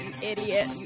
idiot